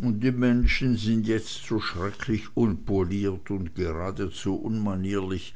und die menschen sind jetzt so schrecklich unpoliert und geradezu unmanierlich